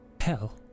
hell